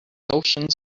oceans